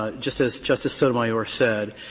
ah just as justice sotomayor said,